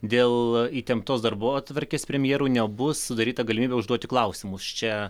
dėl įtemptos darbotvarkės premjerui nebus sudaryta galimybė užduoti klausimus čia